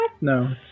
No